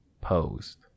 post